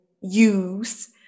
use